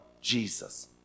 Jesus